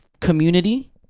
community